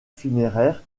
funéraires